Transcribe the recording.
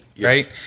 right